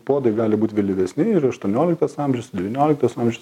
puodai gali būt vėlyvesni ir aštuonioliktas amžius devynioliktas amžius